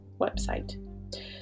website